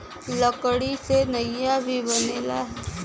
लकड़ी से नईया भी बनेला